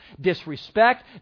disrespect